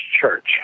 church